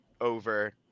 over